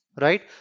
right